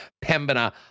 Pembina